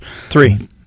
Three